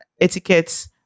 etiquette